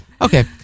Okay